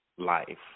life